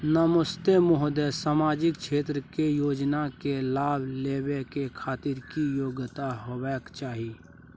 नमस्ते महोदय, सामाजिक क्षेत्र के योजना के लाभ लेबै के खातिर की योग्यता होबाक चाही?